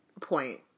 point